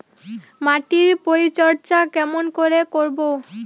মাটির পরিচর্যা কেমন করে করব?